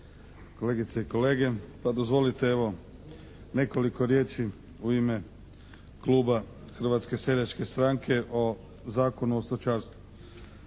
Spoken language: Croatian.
kolegice i kolege. Pa dozvolite evo nekoliko riječi u ime kluba Hrvatske seljačke stranke o Zakonu o stočarstvu.